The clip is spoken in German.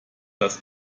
das